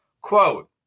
quote